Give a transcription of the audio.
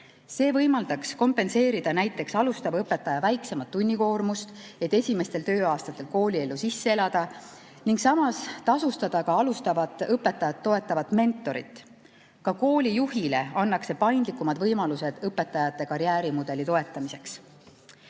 See võimaldaks kompenseerida näiteks alustava õpetaja väiksemat tunnikoormust, et esimestel tööaastatel kooliellu sisse elada, ning samas tasustada ka alustavat õpetajat toetavat mentorit. Ka koolijuhile annaks see paindlikumad võimalused õpetajate karjäärimudeli toetamiseks.